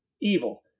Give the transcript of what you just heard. evil